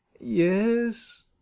yes